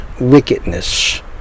wickedness